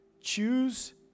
Choose